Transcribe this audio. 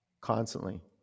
constantly